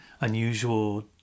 unusual